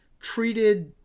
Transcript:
treated